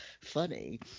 funny